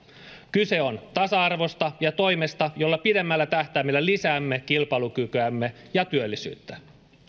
kyse on tasa arvosta ja toimesta jolla pidemmällä tähtäimellä lisäämme kilpailukykyämme ja työllisyyttä